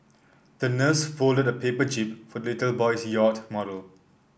the nurse folded a paper jib for little boy's yacht model